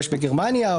שיש בגרמניה,